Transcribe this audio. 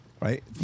Right